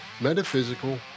metaphysical